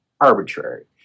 arbitrary